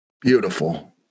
Beautiful